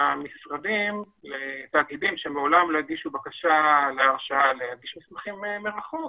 למשרדים לתאגידים שמעולם לא הגישו בקשה להרשאה להגיש מסמכים מרחוק.